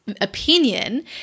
opinion